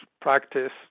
practice